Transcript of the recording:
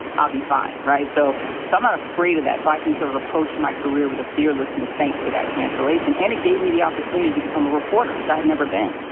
ah be fine, right? so so i'm not afraid of that. so i can sort of approach my career with a fearlessness thanks to that cancellation. and it gave me the opportunity to become a reporter, which i had never been.